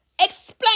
explain